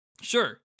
Sure